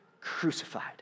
crucified